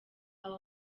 abo